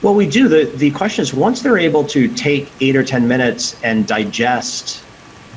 well, we do the the questions. once they're able to take eight or ten minutes and digest